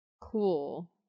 cool